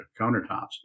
countertops